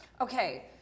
okay